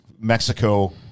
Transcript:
Mexico